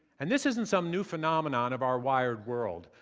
and this isn't some new phenomenon of our wired world.